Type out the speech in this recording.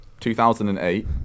2008